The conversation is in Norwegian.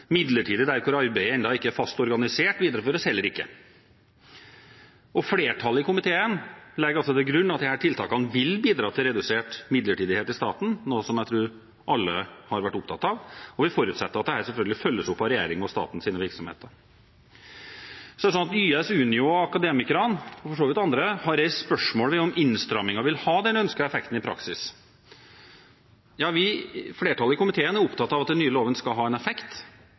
midlertidig der arbeidet ennå ikke er fast organisert, videreføres heller ikke. Flertallet i komiteen legger til grunn at disse tiltakene vil bidra til redusert midlertidighet i staten, noe som jeg tror alle har vært opptatt av, og vi forutsetter at dette selvfølgelig følges opp av regjeringen og statens virksomheter. YS, Unio og Akademikerne, og for så vidt andre, har reist spørsmål ved om innstrammingen vil ha den ønskede effekten i praksis. Flertallet i komiteen er opptatt av at den nye loven skal ha en effekt.